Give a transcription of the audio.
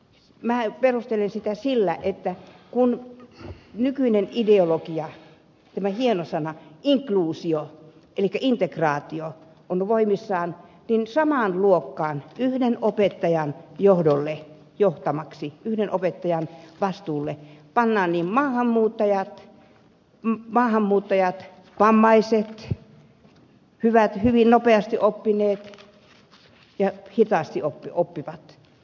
minä perustelen sitä sillä että kun nykyinen ideologia tämä hieno sana inkluusio elikkä integraatio on voimissaan niin samaan luokkaan yhden opettajan johdolle johtamaksi yhden opettajan vastuulle pannaan niin maahanmuuttajat vammaiset hyvin nopeasti oppivat ja hitaasti oppivat